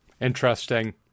interesting